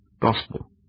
gospel